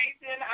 Jason